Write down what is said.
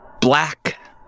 black